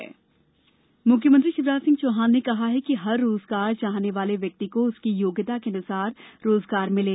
CM रोजगार मुख्यमंत्री शिवराज सिंह चौहान ने कहा है कि हर रोजगार चाहने वाले व्यक्ति को उसकी योग्यता के अनुरूप रोजगार मिले